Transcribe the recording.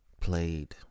played